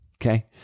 okay